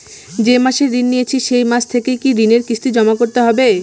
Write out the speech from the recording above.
যে মাসে ঋণ নিয়েছি সেই মাস থেকেই কি ঋণের কিস্তি জমা করতে হবে?